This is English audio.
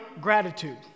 gratitude